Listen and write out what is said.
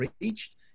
reached